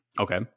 Okay